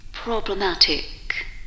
Problematic